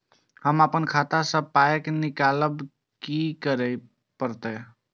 हम आपन खाता स पाय निकालब की करे परतै?